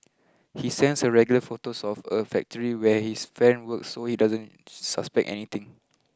he sends her regular photos of a factory where his friend works so she doesn't suspect anything